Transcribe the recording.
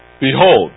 Behold